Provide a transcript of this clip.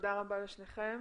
תודה רבה לשניכם.